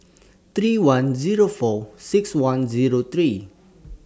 three one Zero four six one Zero three